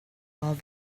while